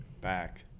Back